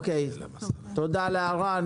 תודה על ההערה,